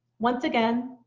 once again,